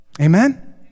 Amen